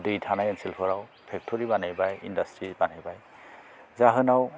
दै थानाय ओनसोलफोराव फेक्टरि बानायबाय इनदास्ट्रि बानायबाय जाहोनाव